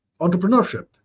entrepreneurship